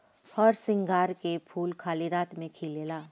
हरसिंगार के फूल खाली राती में खिलेला